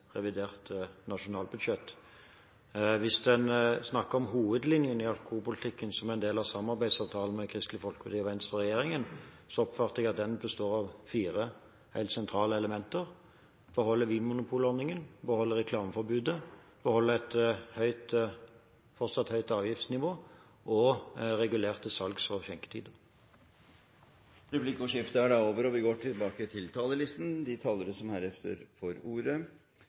revidert nasjonalbudsjett. Hvis en snakker om hovedlinjene i alkoholpolitikken som en del av samarbeidsavtalen mellom Kristelig Folkeparti, Venstre og regjeringen, oppfatter jeg at den består av fire helt sentrale elementer: beholde vinmonopolordningen, beholde reklameforbudet, beholde et fortsatt høyt avgiftsnivå og beholde regulerte salgs- og skjenketider. Replikkordskiftet er dermed omme. De talere som heretter får ordet,